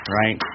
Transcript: right